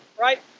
Right